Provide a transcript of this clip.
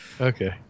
Okay